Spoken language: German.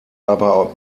aber